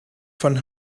von